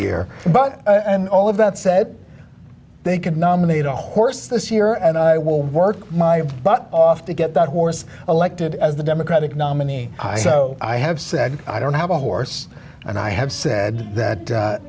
but and all of that said they could nominate a horse this year and i will work my butt off to get that horse elected as the democratic nominee so i have said i don't have a horse and i have said that